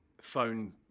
phone